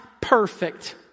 perfect